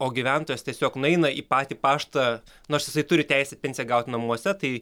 o gyventojas tiesiog nueina į patį paštą nors jisai turi teisę pensiją gaut namuose tai